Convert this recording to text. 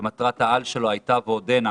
ומטרת העל שלו הייתה ועודנה